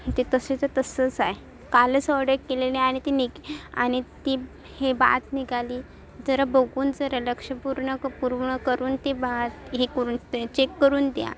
ते तसंच्या तसंच आहे कालच ऑर्डर केलेली आणि ती निग आणि ती हे बाद निघाली जरा बघून जरा लक्षपूर्वक पूर्ण करून ते बा हे करून चेक करून द्या